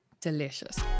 Delicious